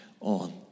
on